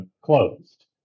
closed